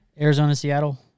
Arizona-Seattle